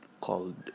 called